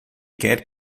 quer